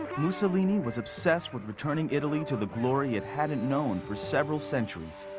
mussolini was obsessed with returning italy to the glory it hasn't known for several centuries.